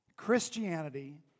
Christianity